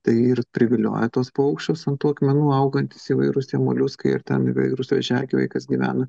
tai ir privilioja tuos paukščius ant tų akmenų augantys įvairūs tie moliuskai ir ten įvairūs vėžiagyviai kas gyvena